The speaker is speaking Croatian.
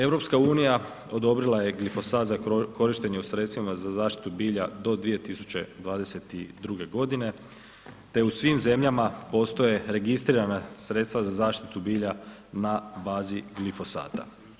EU odobrila je glifosat za korištenje u sredstvima za zaštitu bilja do 2022. godine te u svim zemljama postoje registrirana sredstva za zaštitu bilja na bazi glifosata.